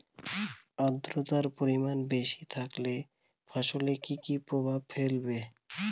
আদ্রর্তার পরিমান বেশি থাকলে ফসলে কি কি প্রভাব ফেলবে?